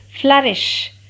flourish